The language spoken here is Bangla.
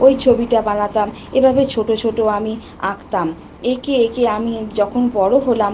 ওই ছবিটা বানাতাম এভাবেই ছোটো ছোটো আমি আঁকতাম এঁকে এঁকে আমি যখন বড় হলাম